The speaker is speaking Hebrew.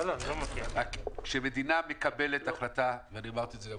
רק כשמדינה מקבלת החלטה ואמרתי את זה גם